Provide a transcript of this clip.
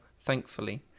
thankfully